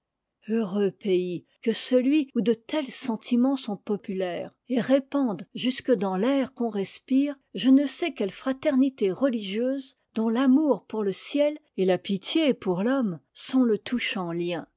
heureux pays que celui où de tels sentiments sont populaires et répandent jusque dans l'air qu'on respire je ne sais quelle fraternité religieuse dont l'amour pour le ciel et la pitié pour l'homme sont le